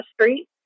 Street